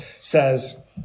says